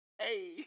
hey